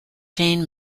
chain